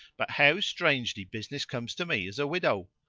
but how strangely business comes to me as a widow!